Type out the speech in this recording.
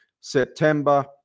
September